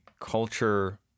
culture